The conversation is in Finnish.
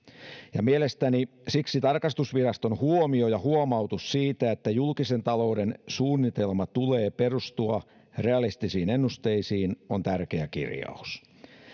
ja mielestäni siksi tarkastusviraston huomio ja huomautus siitä että julkisen talouden suunnitelman tulee perustua realistisiin ennusteisiin on tärkeä kirjaus